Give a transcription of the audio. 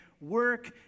work